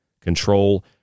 control